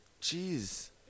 Jeez